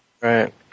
right